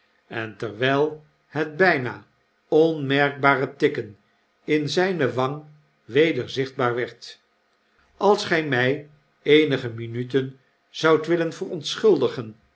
en terwijl het bgna onmerkbare tikken in zgne wang weder zichtbaar werd als gg mg eenige minuten zoudt willen verontschuldigen